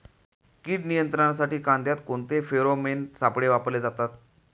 कीड नियंत्रणासाठी कांद्यात कोणते फेरोमोन सापळे वापरले जातात?